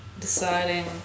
deciding